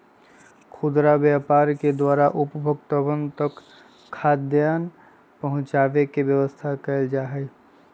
खुदरा व्यापार के द्वारा उपभोक्तावन तक खाद्यान्न पहुंचावे के व्यवस्था कइल जाहई